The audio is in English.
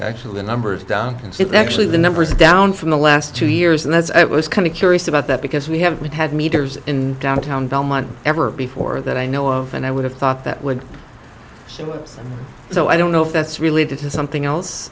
last actually the numbers down and it actually the numbers down from the last two years and that's it was kind of curious about that because we haven't had meters in downtown belmont ever before that i know of and i would have thought that would she was so i don't know if that's related to something else